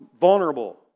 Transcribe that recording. vulnerable